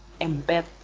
embed